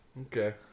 Okay